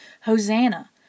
Hosanna